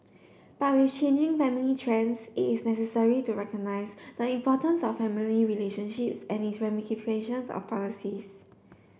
but with changing family trends it's necessary to recognise the importance of family relationships and its on policies